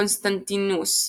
קונסטנטינוס,